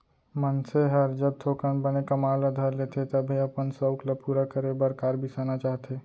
मनसे हर जब थोकन बने कमाए ल धर लेथे तभे अपन सउख ल पूरा करे बर कार बिसाना चाहथे